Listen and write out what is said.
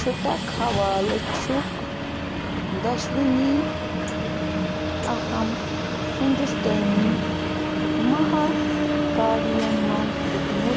چھُٹک حوالہٕ چھُکھ دۄشوٕنی اَہَم ہِنٛدوٗستٲنۍ مہاکاویَن منٛز دیُتمُت